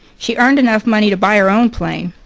she earned enough money to buy her own plane.